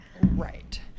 Right